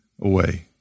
away